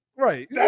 Right